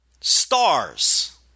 Stars